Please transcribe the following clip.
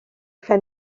phen